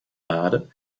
lade